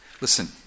Listen